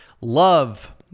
love